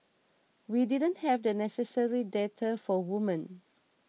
we didn't have the necessary data for women